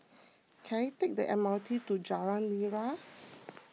can I take the M R T to Jalan Nira